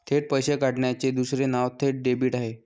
थेट पैसे काढण्याचे दुसरे नाव थेट डेबिट आहे